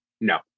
No